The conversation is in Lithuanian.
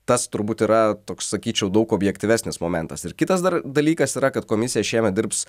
tas turbūt yra toks sakyčiau daug objektyvesnis momentas ir kitas dar dalykas yra kad komisija šiemet dirbs